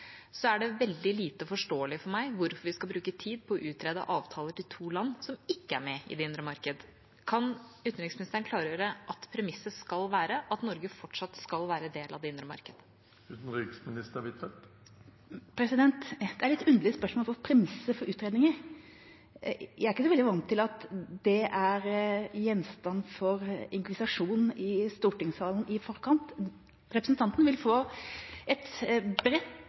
er – er det veldig lite forståelig for meg hvorfor vi skal bruke tid på å utrede avtalene til to land som ikke er med i det indre marked. Kan utenriksministeren klargjøre om premisset skal være at Norge fortsatt skal være en del av det indre marked? Det er et litt underlig spørsmål – premisset for utredninger. Jeg er ikke så vant til at det er gjenstand for inkvisisjon i stortingssalen i forkant. Representanten vil få et